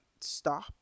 stop